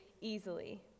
easily